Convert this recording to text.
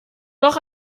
noch